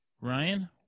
Ryan